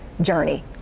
journey